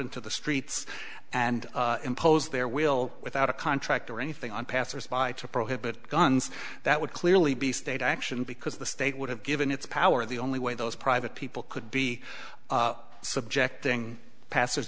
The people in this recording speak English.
into the streets and impose their will without a contract or anything on passers by to prohibit guns that would clearly be state action because the state would have given its power the only way those private people could be subjecting passe